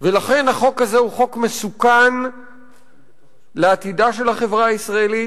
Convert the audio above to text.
ולכן החוק הזה הוא חוק מסוכן לעתידה של החברה הישראלית,